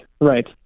right